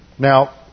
Now